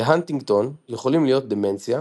בהנטיגנטון יכולים להיות דמנציה,